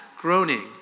groaning